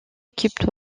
équipes